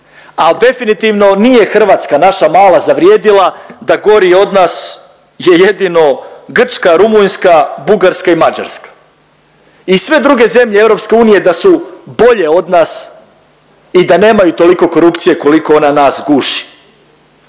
a definitivno nije Hrvatska naša mala zavrijedila da gori od nas je jedino Grčka, Rumunjska, Bugarska i Mađarska i sve druge zemlje EU da su bolje od nas i da nemaju toliko korupcije koliko ona nas guši.